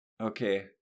Okay